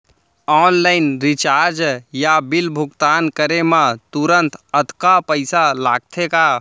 Online recharge या bill भुगतान करे मा तुरंत अक्तहा पइसा लागथे का?